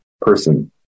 person